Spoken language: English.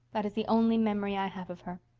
that is the only memory i have of her.